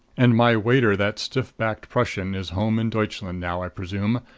and my waiter that stiff-backed prussian is home in deutschland now, i presume,